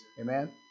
Amen